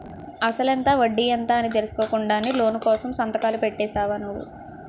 అసలెంత? వడ్డీ ఎంత? అని తెలుసుకోకుండానే లోను కోసం సంతకాలు పెట్టేశావా నువ్వు?